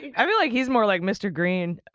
i feel like he's more like mr. green.